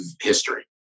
history